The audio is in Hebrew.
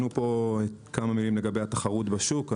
כמה מילים לגבי התחרות בשוק.